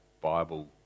Bible